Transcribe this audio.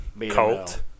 cult